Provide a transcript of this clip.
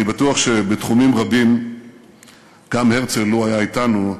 אני בטוח שבתחומים רבים גם הרצל, לו היה אתנו,